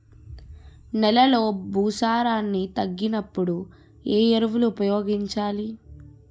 నెలలో భూసారాన్ని తగ్గినప్పుడు, ఏ ఎరువులు ఉపయోగించాలి?